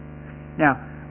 Now